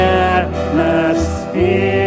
atmosphere